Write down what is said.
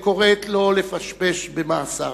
וקוראת לו לפשפש במעשיו.